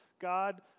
God